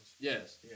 Yes